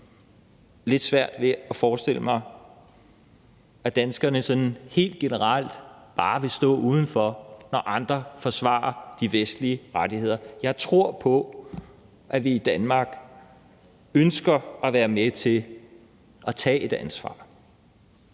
også lidt svært ved at forestille mig, at danskerne sådan helt generelt bare vil stå udenfor, når andre forsvarer de vestlige rettigheder. Jeg tror på, at vi i Danmark ønsker at være med til at tage et ansvar.